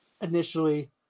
initially